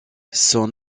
son